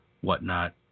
whatnot